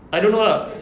I don't know ah